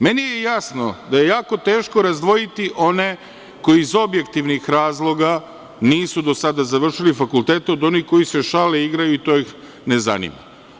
Meni je jasno da je jako teško razdvojiti one koji iz objektivnih razloga nisu do sada završili fakultete, od onih koji se šale, igraju i to ih ne zanima.